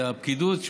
הפקידות,